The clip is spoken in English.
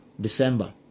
December